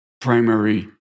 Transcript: primary